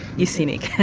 you cynic.